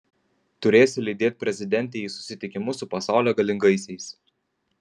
turėsi lydėt prezidentę į susitikimus su pasaulio galingaisiais